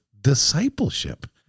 discipleship